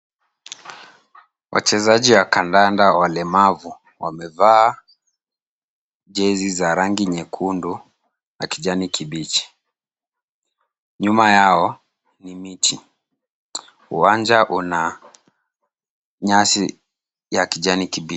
Wachezaji wa kandanda walemavu wamevaa jezi za rangi nyekundu na kijani kibichi. Nyuma yao ni miti. Uwanja una nyasi ya kijani kibichi.